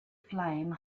flame